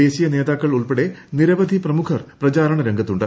ദേശീയ നേതാക്കൾ ഉൾപ്പെടെ നിരവധി പ്രമുഖർ പ്രചാരണരംഗത്തുണ്ട്